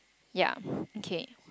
ya okay